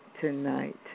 tonight